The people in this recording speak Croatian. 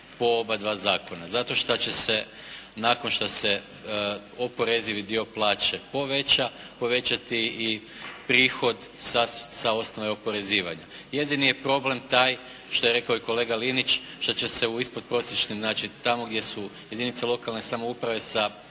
po obadva zakona, zato šta će se nakon šta se oporezivi dio plaće poveća povećati i prihod sa osnove oporezivanja. Jedini je problem taj što je rekao i kolega Linić što će se u ispod prosječnim, znači tamo gdje su jedinice lokalne samouprave sa